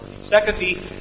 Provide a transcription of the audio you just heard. Secondly